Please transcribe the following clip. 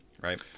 right